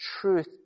truth